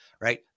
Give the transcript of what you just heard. right